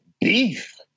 beef